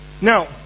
now